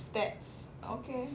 statistics okay